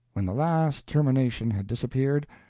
when the last termination had disappeared,